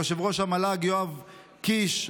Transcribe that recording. ליושב-ראש המל"ג יואב קיש,